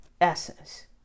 essence